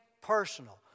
personal